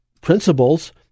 principles